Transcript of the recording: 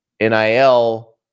NIL –